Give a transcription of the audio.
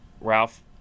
Ralph